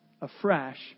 afresh